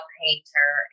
painter